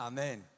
Amen